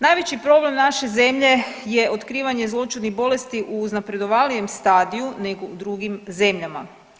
Najveći problem naše zemlje je otkrivanje zloćudnih bolesti uznapredovalijem stadiju nego u drugim zemljama.